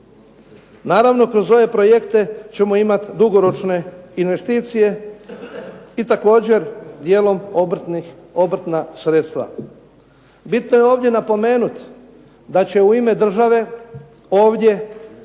Naravno kroz ove projekte ćemo imati dugoročne investicije i također dijelom obrtna sredstva. Bitno je ovdje napomenuti da će u ime države ovdje